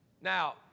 Now